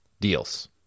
deals